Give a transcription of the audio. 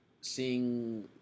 seeing